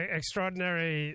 extraordinary